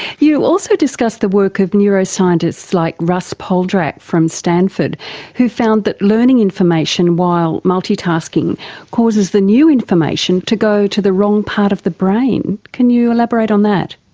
you also discuss discuss the work of neuroscientists like russell poldrack from stanford who found that learning information while multitasking causes the new information to go to the wrong part of the brain. can you elaborate on that?